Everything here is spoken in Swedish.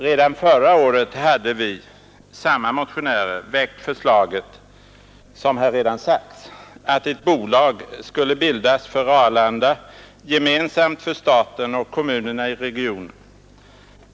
Redan förra året hade vi, samma motionärer, väckt förslaget, som här redan sagts, att ett bolag skulle bildas för Arlanda flygplats gemensamt för staten och kommunerna i regionen.